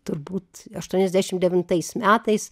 turbūt aštuoniasdešim devintais metais